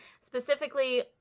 specifically